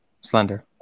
Slender